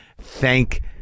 thank